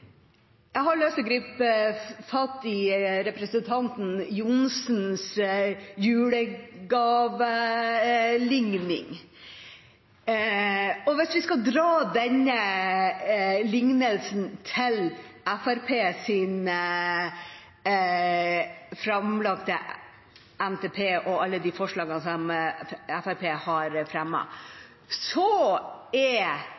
Jeg har lyst til å gripe fatt i representanten Johnsens julegavelignelse. Hvis vi skal dra denne lignelsen til Fremskrittspartiets framlagte NTP og alle forslagene som de har fremmet, er